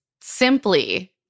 simply